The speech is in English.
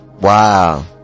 Wow